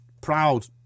Proud